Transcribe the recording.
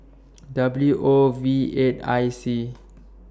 W O V eight I C